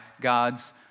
God's